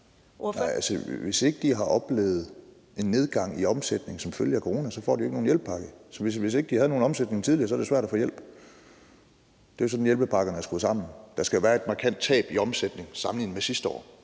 Hvis ikke de har oplevet en nedgang i omsætningen som følge af corona, får de jo ikke nogen hjælpepakke. Hvis ikke de havde nogen omsætning tidligere, er det svært at få hjælp. Det er jo sådan, hjælpepakkerne er skruet sammen. Der skal være et markant tab i omsætningen sammenlignet med sidste år.